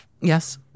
yes